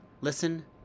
listen